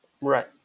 Right